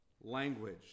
language